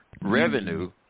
revenue